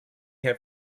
have